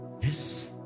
Yes